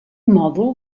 mòdul